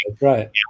right